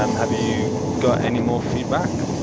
um have you got any more feedback?